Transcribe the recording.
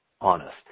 honest